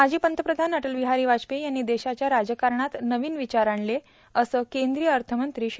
माजी पंतप्रधान अटलबिहारी वाजपेयी यांनी देशाच्या राजकारणात नवीन विचार आणले असं केंद्रीय अर्थमंत्री श्री